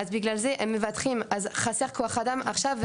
שאני מבקש זה שתפנו בבקשה עם העתק לוועדה,